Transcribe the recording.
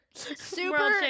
Super